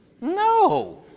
No